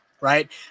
right